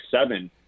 seven